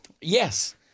Yes